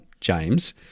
James